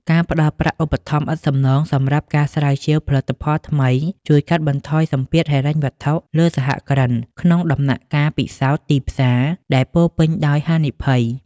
ការផ្ដល់ប្រាក់ឧបត្ថម្ភឥតសំណងសម្រាប់ការស្រាវជ្រាវផលិតផលថ្មី ជួយកាត់បន្ថយសម្ពាធហិរញ្ញវត្ថុលើសហគ្រិន ក្នុងដំណាក់កាលពិសោធន៍ទីផ្សារដែលពោរពេញដោយហានិភ័យ។